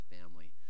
family